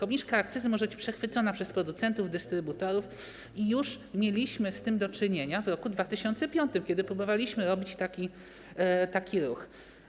Obniżka akcyzy może być przechwycona przez producentów, dystrybutorów i już mieliśmy z tym do czynienia w roku 2005, kiedy próbowaliśmy robić taki ruch.